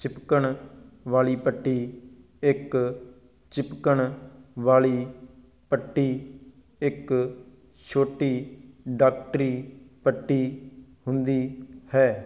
ਚਿਪਕਣ ਵਾਲੀ ਪੱਟੀ ਇੱਕ ਚਿਪਕਣ ਵਾਲੀ ਪੱਟੀ ਇੱਕ ਛੋਟੀ ਡਾਕਟਰੀ ਪੱਟੀ ਹੁੰਦੀ ਹੈ